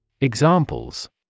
Examples